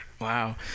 Wow